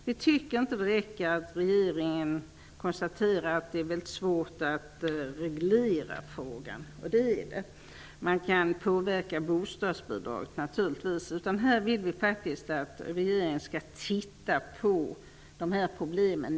Vi tycker inte att det räcker med att regeringen konstaterar att det är mycket svårt att reglera frågan. Det är i och för sig riktigt. Man kan naturligtvis se över bostadsbidragen, men vi vill att regeringen närmare skall överväga dessa problem.